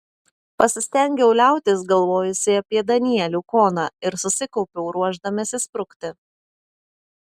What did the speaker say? pasistengiau liautis galvojusi apie danielių koną ir susikaupiau ruošdamasi sprukti